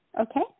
Okay